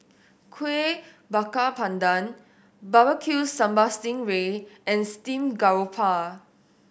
Kuih Bakar Pandan Barbecue Sambal sting ray and steamed garoupa